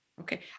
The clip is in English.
okay